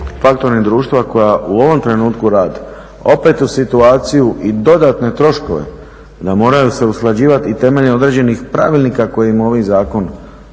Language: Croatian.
faktoring društva koja u ovom trenutku rade opet u situaciju i dodatne troškove da moraju se usklađivati i temeljem određenih pravilnika kojim ovaj zakon